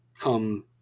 Come